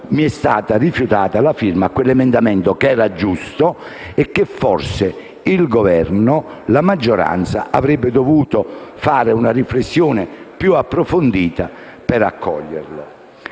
di aggiungere la firma a quell'emendamento, che era giusto e sul quale forse il Governo e la maggioranza avrebbero dovuto fare una riflessione più approfondita per accoglierlo.